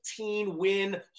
15-win